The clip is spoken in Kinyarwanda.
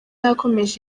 yakomeje